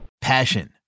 Passion